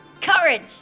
Courage